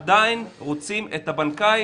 עדיין רוצים את הבנקאי,